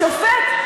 שופט,